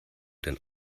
denn